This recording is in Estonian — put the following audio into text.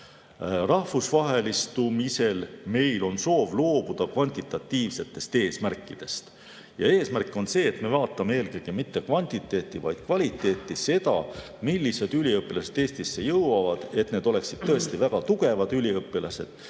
Rahvusvahelistumise puhul on meil soov loobuda kvantitatiivsetest eesmärkidest. Eesmärk on see, et me vaatame eelkõige mitte kvantiteeti, vaid kvaliteeti, seda, millised üliõpilased Eestisse jõuavad, et nad oleksid tõesti väga tugevad üliõpilased,